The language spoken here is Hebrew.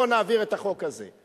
בוא נעביר את החוק הזה.